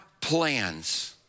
plans